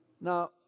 Now